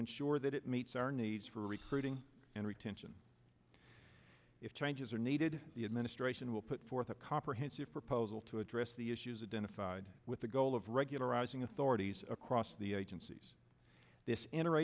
ensure that it meets our needs for recruiting and retention if changes are needed the administration will put forth a comprehensive proposal to address the issues adana fide with the goal of regularizing authorities across the agencies this